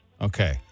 Okay